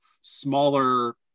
smaller